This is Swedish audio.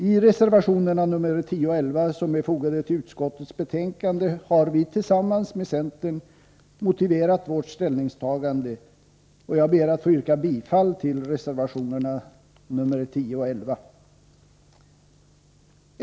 I reservationerna 10 och 11, som är fogade till utskottets betänkande, har vi tillsammans med centern motiverat vårt ställningstagande, och jag ber att få yrka bifall till reservationerna 10 och 11.